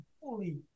fully